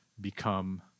become